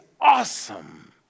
awesome